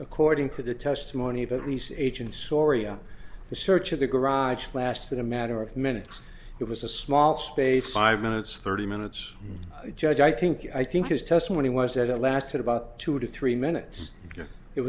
according to the testimony of at least agents oriya the search of the garage lasted a matter of minutes it was a small space five minutes thirty minutes judge i think i think his testimony was that it lasted about two to three minutes it